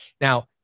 Now